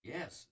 Yes